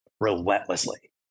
relentlessly